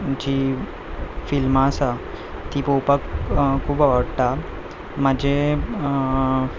जीं फिल्मां आसा ती पळोवपाक खूब आवडटा म्हजें